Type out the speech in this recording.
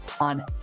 on